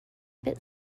bit